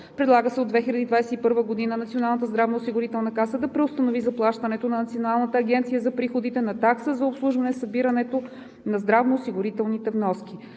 Предлага се от 2021 г. Националната здравноосигурителна каса да преустанови заплащането на Националната агенция за приходите на такса за обслужване събирането на здравноосигурителни вноски.